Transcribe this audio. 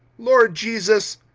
lord jesus,